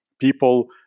People